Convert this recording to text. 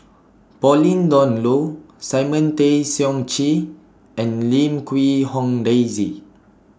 Pauline Dawn Loh Simon Tay Seong Chee and Lim Quee Hong Daisy